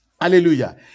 Hallelujah